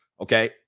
okay